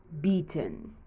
Beaten